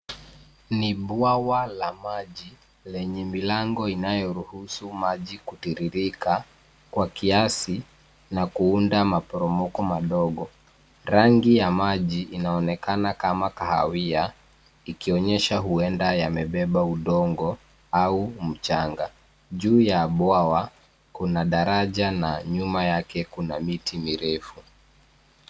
Ni bwawa la maji lenye milango inayoruhusu maji kutiririka kwa kiasi na kuunda maporomoko madogo. Rangi ya maji inaonekana kama kahawia, ikionyesha huenda yamebeba udongo au mchanga. Juu ya bwawa kuna daraja na nyuma yake kuna miti mirefu.